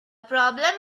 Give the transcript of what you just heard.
problem